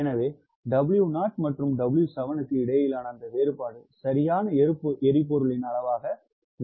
எனவே W0 மற்றும் W7 க்கு இடையிலான அந்த வேறுபாடு சரியான எரிபொருளின் அளவாக இருக்கும்